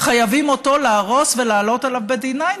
חייבים להרוס אותו ולעלות עליו ב-D9,